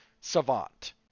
savant